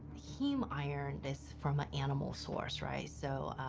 heme iron is from an animal source, right? so, ah,